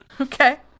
Okay